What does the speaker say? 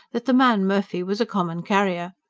that the man murphy was a common carrier.